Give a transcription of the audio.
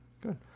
Good